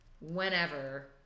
whenever